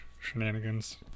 shenanigans